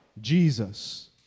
Jesus